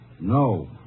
No